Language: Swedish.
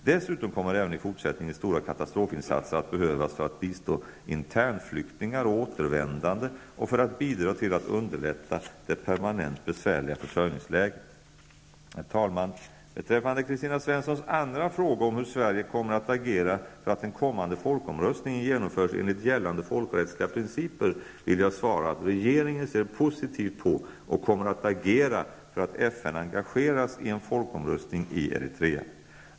Dessutom kommer även i fortsättningen stora katastrofinsater att behövas för att bistå internflyktingar och återvänande och för att bidra till att underlätta det permanent besvärliga försörjningsläget. Herr talman! Beträffande Kristina Svenssons andra fråga om hur Sverige kommer att agera för att den kommande folkomröstningen genomförs enligt gällande folkrättsliga principer vill jag svara att regeringen ser positivt på och kommer att agera för att FN engageras i en folkomröstning i Eritrea.